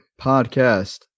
podcast